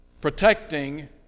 protecting